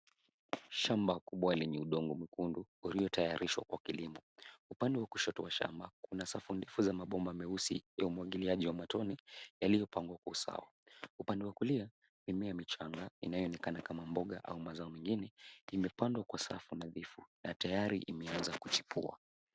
Shamba kubwa lenye udongo mwekundu uliotayarishwa kwa kilimo. Upande wa kushoto wa shamba kuna safu ndefu za mabomba meusi ya umwagiliaji wa matone yaliyopangwa kwa usawa. Upande wa kulia mimea michanga inayoonekana kama mboga au mazao mengine imepandwa kwa safu nadhifu na tayari imeanza kuchipua.